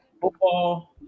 Football